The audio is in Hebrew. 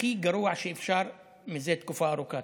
הכי גרוע שאפשר זה תקופה ארוכה.